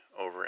over